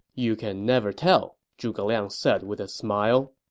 you can never tell, zhuge liang said with a smile